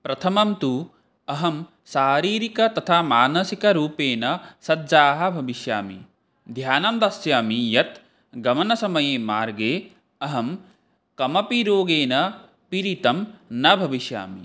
प्रथमं तु अहं शारीरिक तथा मानसिकरूपेण सज्जः भविष्यामि ध्यानं दास्यामि यत् गमनसमये मार्गे अहं कमपि रोगेण पीडितः न भविष्यामि